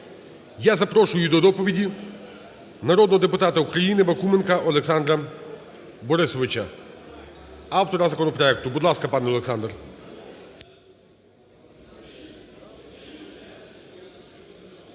Я запрошую до доповіді народного депутата України Бакуменка Олександра Борисовича, автора законопроекту. Будь ласка, пане Олександр.